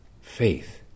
faith